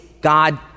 God